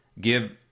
give